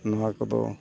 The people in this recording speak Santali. ᱱᱚᱣᱟ ᱠᱚᱫᱚ